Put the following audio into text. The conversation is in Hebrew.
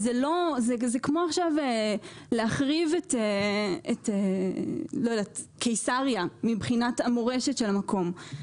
זה כמו עכשיו להחריב את קיסריה מבחינת המורשת של המקום,